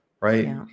right